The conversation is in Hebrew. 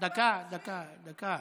דקה, דקה, דקה.